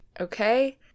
okay